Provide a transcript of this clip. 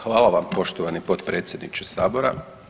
Hvala vam poštovani potpredsjedniče Sabora.